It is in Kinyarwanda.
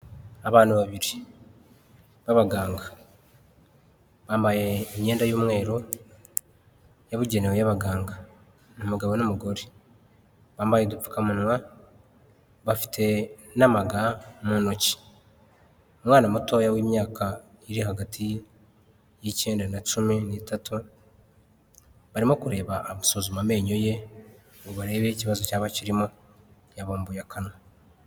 Abana babiri b'abaganga bambaye imyenda y'umweru yabugenewe Y'abaganga umugabo n'umugore bampa udupfukamunwa bafite n'amaga mu ntoki, umwana mutoya w'imyaka iri hagati y'icyenda na cumi n'itatu barimo kureba abasuzuma amenyo ye ngo barebe ikibazo cyaba kirimo yabumbuye akanwa.